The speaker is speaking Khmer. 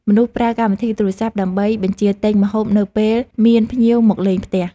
មនុស្សប្រើកម្មវិធីទូរសព្ទ ដើម្បីបញ្ជាទិញម្ហូបនៅពេលមានភ្ញៀវមកលេងផ្ទះ។